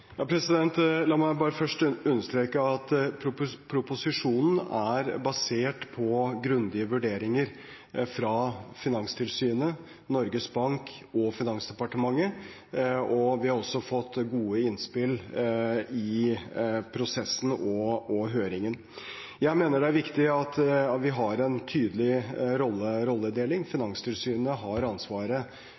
La meg først understreke at proposisjonen er basert på grundige vurderinger fra Finanstilsynet, Norges Bank og Finansdepartementet, og vi har også fått gode innspill i prosessen og høringen. Jeg mener det er viktig at vi har en tydelig rolledeling. Finanstilsynet har ansvaret